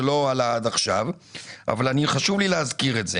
לא עלה עד עכשיו אבל חשוב לי להזכיר את זה